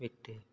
விட்டு